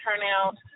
turnout